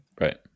Right